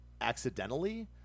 accidentally